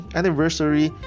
anniversary